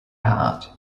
hard